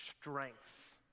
strengths